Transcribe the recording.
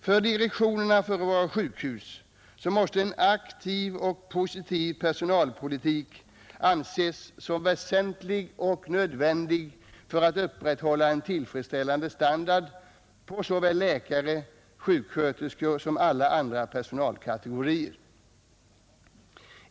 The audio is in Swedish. För direktionerna för våra sjukhus måste en aktiv och positiv personalpolitik anses som väsentlig och nödvändig för att upprätthålla en tillfredsställande standard på såväl läkare och sjuksköterskor som alla andra personalkategorier.